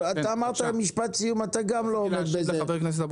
אתה ביקשת לומר משפט סיכום וגם אתה לא עמדת בזה.